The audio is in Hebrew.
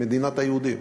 מדינת היהודים